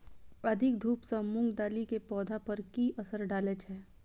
अधिक धूप सँ मूंग दालि केँ पौधा पर की असर डालय छै?